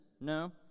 no